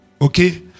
Okay